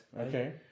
Okay